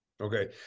Okay